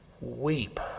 weep